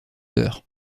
d’heure